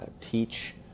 teach